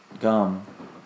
Gum